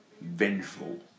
vengeful